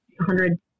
hundred